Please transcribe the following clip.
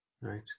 Right